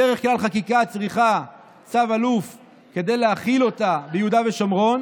בדרך כלל חקיקה צריכה צו אלוף כדי להחיל אותה ביהודה ושומרון,